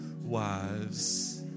wives